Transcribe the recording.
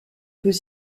peut